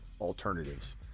alternatives